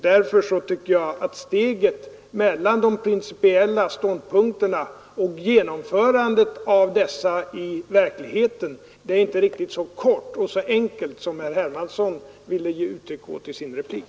Därför tycker jag att steget mellan de principiella ståndpunkterna och genomförandet av dessa i verkligheten inte är riktigt så kort och så enkelt som herr Hermansson ville göra gällande i sin replik.